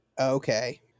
okay